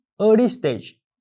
early-stage